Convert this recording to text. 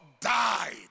died